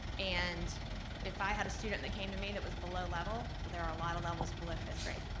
and if i had a student that came to me that was below level, well, there are a lot of levels below fifth grade,